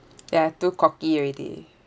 ya too cocky already